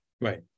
right